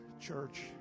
church